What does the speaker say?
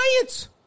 science